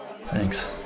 Thanks